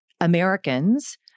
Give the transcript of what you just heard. Americans